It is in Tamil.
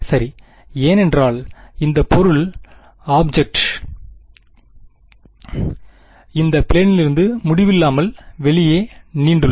சரி ஏனென்றால் இந்த ஆப்ஜெக்ட் இந்த பிலேனிலிருந்து முடிவில்லாமல் வெளியே நீண்டுள்ளது